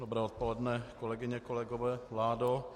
Dobré odpoledne, kolegyně, kolegové, vládo.